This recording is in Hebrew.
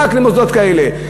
רק למוסדות כאלה.